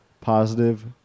positive